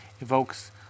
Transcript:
evokes